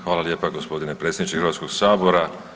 Hvala lijepa gospodine predsjedniče Hrvatskog sabora.